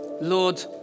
Lord